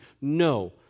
No